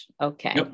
Okay